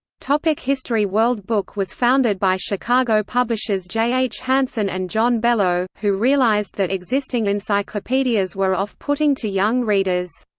like history world book was founded by chicago publishers j. h. hansen and john bellow, who realized that existing encyclopedias were off-putting to young readers.